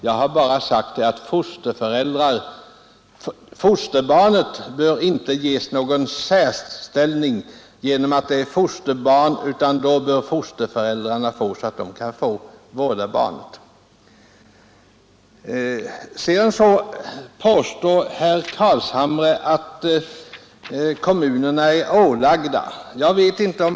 Jag har bara sagt att fosterbarnet inte bör ges någon särställning genom att det är fosterbarn, utan fosterföräldrarna bör få sådant bidrag att de kan vårda barnet. Herr Carlshamre påstår att kommunerna är ålagda att höja ersätt ningen.